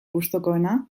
gustukoena